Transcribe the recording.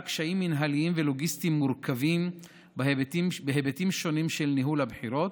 קשיים מינהליים ולוגיסטיים מורכבים בהיבטים שונים של ניהול הבחירות,